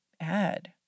add